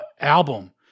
album